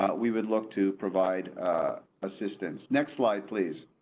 we would look to provide assistance next slide please.